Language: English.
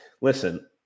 listen